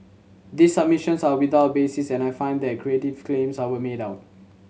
these submissions are without basis and I find that creative claims are were made out